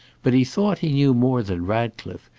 but he thought he knew more than ratcliffe,